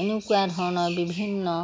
এনেকুৱা ধৰণৰ বিভিন্ন